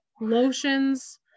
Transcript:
lotions